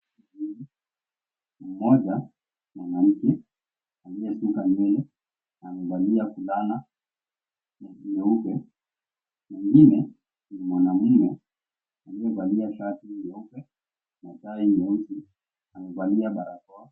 Mmoja mwanamke aliyesuka nywele amevalia fulana nyeupe, mwengine ni mwanaume aliyevalia vazi leupe na tai nyeusi, amevalia barakoa.